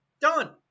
Done